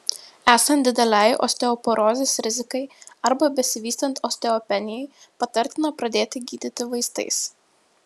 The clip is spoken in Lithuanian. esant didelei osteoporozės rizikai arba besivystant osteopenijai patartina pradėti gydyti vaistais